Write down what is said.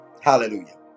Hallelujah